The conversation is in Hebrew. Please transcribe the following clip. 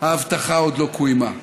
ההבטחה עוד לא קוימה.